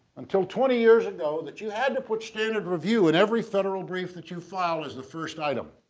until twenty years ago that you had to put standard review in every federal brief that you file is the first item.